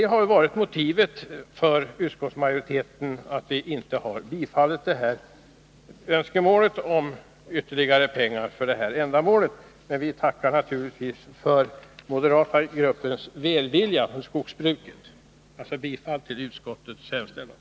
Det har varit motivet för att utskottsmajoriteten inte har tillstyrkt kravet på ytterligare pengar till denna verksamhet. Men vi tackar naturligtvis för den moderata gruppens välvilja mot skogsbruket. Jag yrkar bifall till utskottets hemställan.